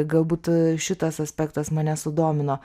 galbūt šitas aspektas mane sudomino